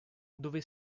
dove